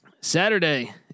Saturday